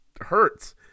hurts